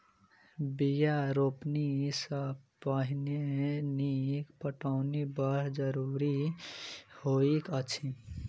बीया रोपनी सॅ पहिने नीक पटौनी बड़ जरूरी होइत अछि